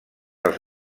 els